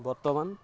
বৰ্তমান